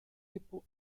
people